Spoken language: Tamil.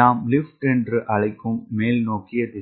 நாம் லிப்ட் என்று அழைக்கும் மேல்நோக்கிய திசை